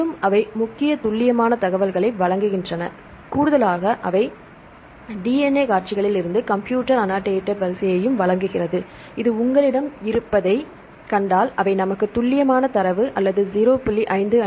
மேலும் அவை மிகவும் துல்லியமான தகவல்களை வழங்குகின்றன கூடுதலாக அவை DNA காட்சிகளிலிருந்து கம்ப்யூட்டர் அன்னோடேடட் வரிசையையும் வழங்குகின்றன இது உங்களிடம் இருப்பதைக் கண்டால் அவை நமக்கு துல்லியமான தரவு அதாவது 0